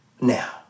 now